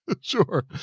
sure